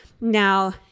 now